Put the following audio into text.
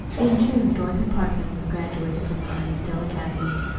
in june dorothy parkman was graduated from the hinsdale academy.